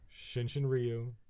Shinshinryu